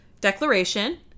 declaration